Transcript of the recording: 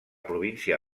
província